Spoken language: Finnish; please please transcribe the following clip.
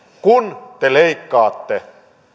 kun te leikkaatte